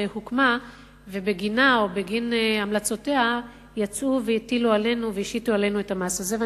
שבגין המלצותיה יצאו והטילו עלינו את המס הזה.